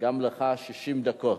גם לך 60 דקות.